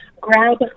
grab